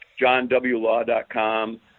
johnwlaw.com